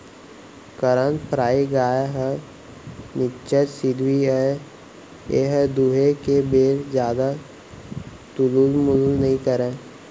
करन फ्राइ गाय ह निच्चट सिधवी अय एहर दुहे के बेर जादा तुलुल मुलुल नइ करय